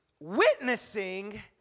Witnessing